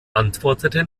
antwortete